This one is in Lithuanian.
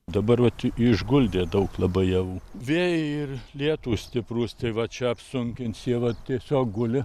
dabar vat išguldė daug labai jau vėjai ir lietūs stiprūs tai va čia apsunkins jie vat tiesiog guli